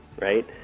right